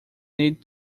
need